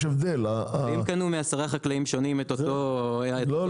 יש הבדל --- אם קנו מעשרה חקלאים שונים או אותו --- לא,